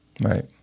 right